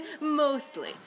Mostly